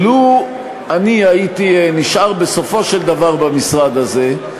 שלו אני הייתי נשאר בסופו של דבר במשרד הזה,